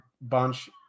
bunch